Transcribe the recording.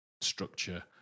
structure